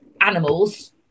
animals